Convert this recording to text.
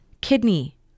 kidney